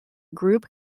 group